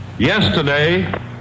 Yesterday